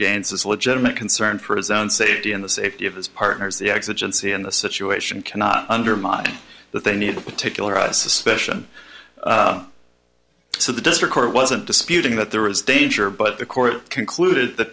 dances a legitimate concern for his own safety and the safety of his partners the exigency in the situation cannot undermine that they need to particularize suspicion so the district court wasn't disputing that there was danger but the court concluded that